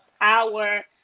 power